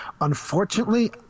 Unfortunately